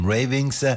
Ravings